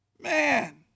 Man